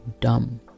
dumb